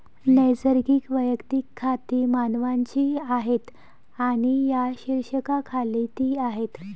नैसर्गिक वैयक्तिक खाती मानवांची आहेत आणि या शीर्षकाखाली ती आहेत